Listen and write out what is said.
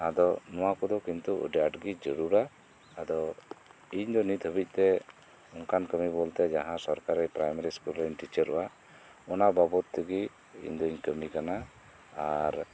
ᱟᱫᱚ ᱱᱚᱶᱟ ᱠᱚᱫᱚ ᱠᱤᱱᱛᱩ ᱟᱹᱰᱤ ᱟᱸᱴ ᱜᱮ ᱡᱟᱨᱩᱲᱟ ᱟᱫᱚ ᱤᱧ ᱫᱚ ᱱᱤᱛ ᱦᱟᱹᱵᱤᱡ ᱛᱮ ᱚᱝᱠᱟᱱ ᱠᱟᱹᱢᱤ ᱵᱚᱞᱛᱮ ᱡᱟᱦᱟᱸ ᱥᱚᱨᱠᱟᱨᱤ ᱯᱨᱟᱭᱢᱟᱨᱤ ᱤᱥᱠᱩᱞ ᱨᱮᱧ ᱴᱤᱪᱟᱹᱨᱚᱜᱼᱟ ᱚᱱᱟ ᱵᱟᱵᱚᱛ ᱛᱮᱜᱮ ᱤᱧ ᱫᱚᱧ ᱠᱟᱹᱢᱤ ᱠᱟᱱᱟ ᱟᱨ